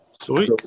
Sweet